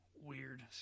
weird